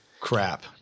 Crap